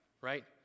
right